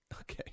Okay